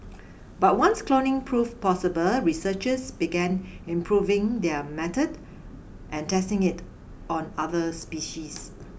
but once cloning proved possible researchers began improving their method and testing it on other species